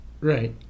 Right